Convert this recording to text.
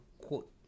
quote